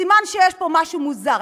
זה סימן שיש פה משהו מוזר.